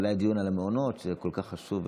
תדעי שהיה דיון על המעונות שהיה כל כך חשוב.